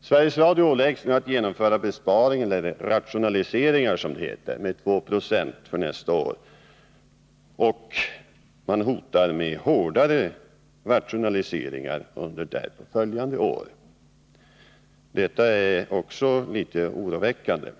Sveriges Radio åläggs nu att genomföra besparingar — eller rationaliseringar, som det heter — med 2 96 för nästa år, och regeringen hotar med hårdare rationaliseringar under därpå följande år. Detta är också litet oroväckande.